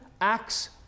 acts